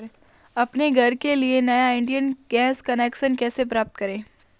अपने घर के लिए नया इंडियन गैस कनेक्शन कैसे प्राप्त करें?